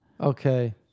Okay